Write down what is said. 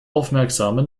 aufmerksame